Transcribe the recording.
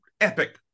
epic